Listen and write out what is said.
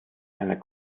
einer